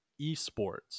esports